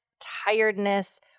tiredness